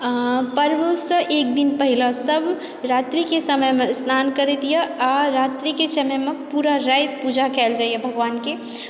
पर्वसँ एकदिन पहिने सब रात्रिके समयमे सब स्नान करैत यऽ आओर रात्रिके समयमे पूरा राति पूजा कयल जाइत यऽ भगवानके